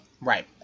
Right